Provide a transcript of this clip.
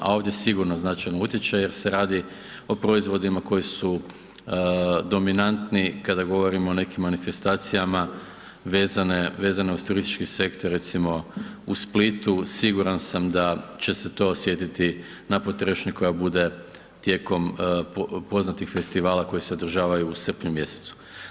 A ovdje sigurno značajno utječe jer se radi o proizvodima koji su dominantni kada govorimo o nekim manifestacijama vezano uz turistički sektor, recimo u Splitu, siguran sam da će se to osjetiti na potrošnji koja bude tijekom poznatih festivala koji se održavaju u srpnju mjesecu.